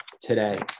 today